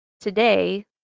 today